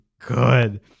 good